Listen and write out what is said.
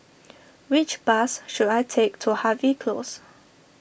which bus should I take to Harvey Close